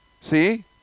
See